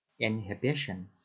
Inhibition